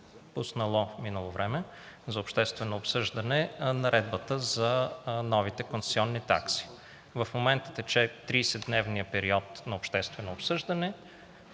– в минало време – за обществено обсъждане наредбата за новите концесионни такси. В момента тече 30-дневният период на обществено обсъждане.